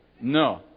no